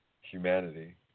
humanity